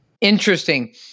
Interesting